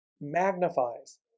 magnifies